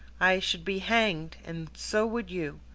i should be hanged, and so would you.